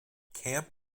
camp